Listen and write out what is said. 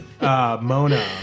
Mona